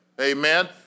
Amen